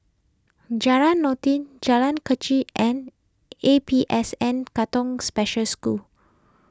Jalan Noordin Jalan Kechil and A P S N Katong Special School